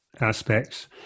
Aspects